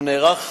הוא נערך